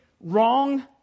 wrong